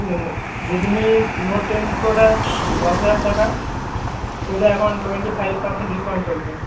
মানে Redmi note ten প্রোটা দশ হাজার টাকা ওটা এখন টোয়েন্টি ফাইভ পার্সেন্ট ডিসকাউন্ট চলছে